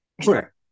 Sure